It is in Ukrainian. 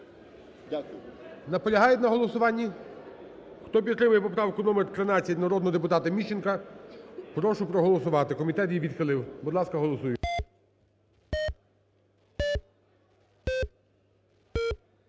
Наполягають на голосуванні? Хто підтримує поправку номер 13 народного депутата Міщенка, прошу проголосувати. Комітет її відхилив. Будь ласка, голосуємо.